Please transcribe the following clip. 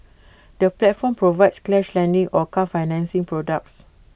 the platform provides cash lending and car financing products